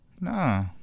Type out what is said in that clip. Nah